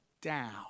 down